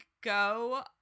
go